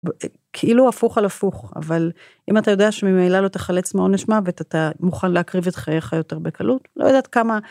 כאילו הפוך על הפוך, אבל אם אתה יודע שממילא לא תחלץ מעונש מוות אתה מוכן להקריב את חייך יותר בקלות, לא יודעת כמה